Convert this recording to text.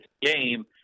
game